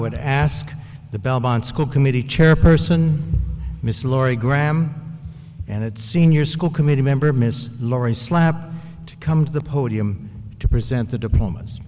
would ask the belmont school committee chairperson miss lawrie graham and its senior school committee member miss laurie slap to come to the podium to present the d